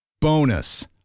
Bonus